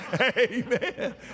Amen